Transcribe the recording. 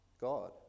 God